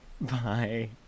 Bye